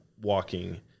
walking